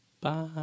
Bye